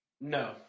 No